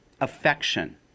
affection